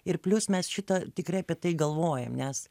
ir plius mes šitą tikrai apie tai galvojam nes